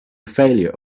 failure